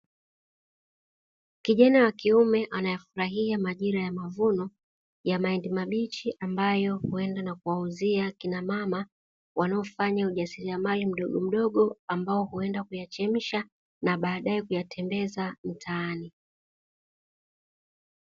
Kijana wa kiume anayefurahia majira ya mavuno ya mahindi mabichi, ambayo huenda na kuwauzia kina mama wanaofanya ujasiriamali mdogo mdogo ambao huenda kuyachemsha na baadae kuyatembeza mtaani.